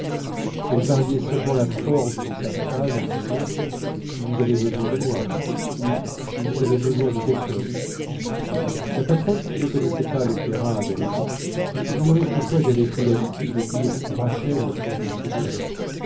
elle variait seulement la forme de sa phrase en disant si vous avez besoin de moi ou si vous avez besoin de quelqu'un la patronne qui ne connaissait pas l'opéra d'halévy ignorait pourquoi j'avais pris l'habitude de dire rachel quand du seigneur